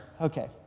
okay